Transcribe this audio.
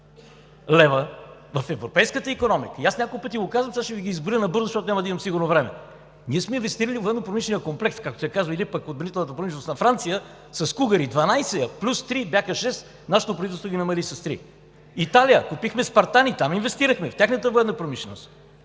лв. в европейската икономика. Аз няколко пъти го казвам, сега ще Ви ги изброя набързо, защото няма да имам време сигурно. Ние сме инвестирали във военнопромишления комплекс, както се казва, или в отбранителната промишленост на Франция с кугъри – 12 плюс 3. Бяха шест, нашето правителство ги намали с три. От Италия купихме спартани, и там инвестирахме – в тяхната военна промишленост.